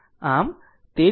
આમ 13